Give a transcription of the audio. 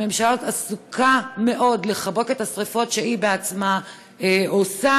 הממשלה הזאת עסוקה מאוד בלכבות את השרפות שהיא עצמה עושה.